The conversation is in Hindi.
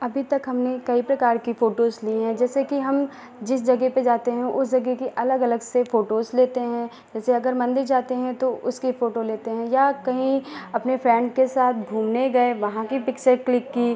अभी तक हमने कई प्रकार की फ़ोटोज़ ली हैं जैसे कि हम जिस जगह पे जाते हैं उस ज़गह की अलग अलग से फ़ोटोज़ लेते हैं जैसे अगर मन्दिर जाते हैं तो उसकी फ़ोटो लेते हैं या कहीं अपने फ़्रेन्ड के साथ घूमने गए वहाँ की पिक्सें क्लिक की